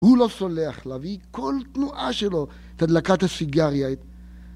הוא לא סולח להביא כל תנועה שלו, את הדלקת הסיגריה.